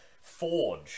Forge